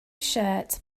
shirt